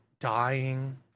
dying